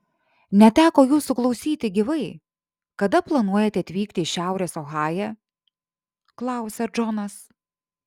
neteko jūsų klausyti gyvai kada planuojate atvykti į šiaurės ohają klausia džonas